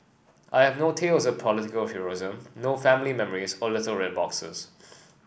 I have no tales of political heroism no family memories or little red boxes